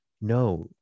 no